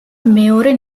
მეორე